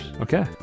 Okay